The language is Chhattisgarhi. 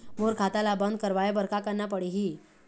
मोर खाता ला बंद करवाए बर का करना पड़ही?